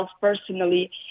personally